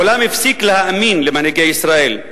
העולם הפסיק להאמין למנהיגי ישראל.